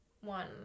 one